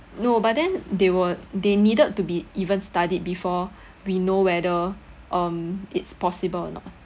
no but then they were they needed to be even studied before we know whether um it's possible or not